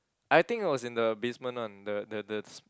I think it was in the basement one the the the s~